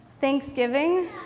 Thanksgiving